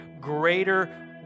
greater